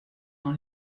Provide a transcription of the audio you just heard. dans